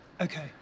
Okay